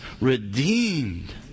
redeemed